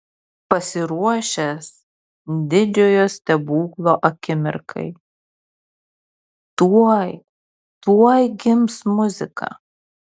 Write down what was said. pasiruošęs didžiojo stebuklo akimirkai tuoj tuoj gims muzika